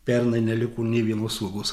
pernai neliko nė vienos uogos